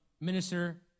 Minister